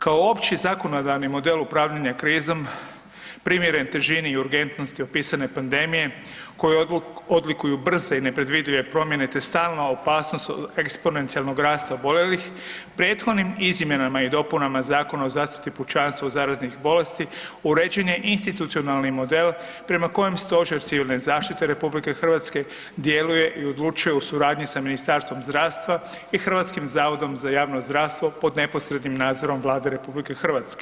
Kao opći zakonodavni model upravljanja krizom primjeren težini i urgentnosti opisane pandemije koju odlikuju brze i nepredvidive promjene te stalna opasnost od eksponencijalnog rasta oboljelih prethodnim izmjenama i dopunama Zakona o zaštiti pučanstva od zaraznih bolesti uređen je institucionalni model prema kojem Stožer civilne zaštite RH djeluje i odlučuje u suradnji sa Ministarstvom zdravstva i HZJZ pod neposrednim nadzorom Vlade RH.